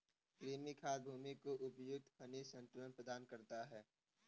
कृमि खाद भूमि को उपयुक्त खनिज संतुलन प्रदान करता है